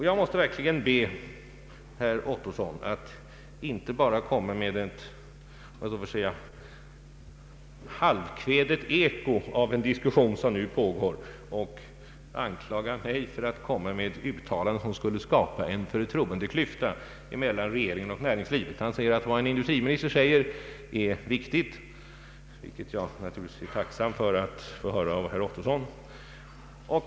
Jag måste verkligen be herr Ottosson att inte bara komma med ett, om jag så får säga, halvkvädet eko av den diskussion som nu pågår och anklaga mig för att komma med uttalanden som skulle skapa en förtroendeklyfta mellan regeringen och näringslivet. Herr Ottosson påstår att vad en industriminister säger är vik tigt, något som jag naturligtvis är tacksam att få höra av herr Ottosson.